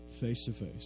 face-to-face